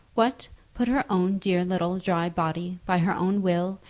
what put her own dear little dry body, by her own will,